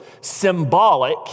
symbolic